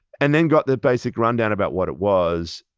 and then got the basic rundown about what it was,